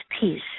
peace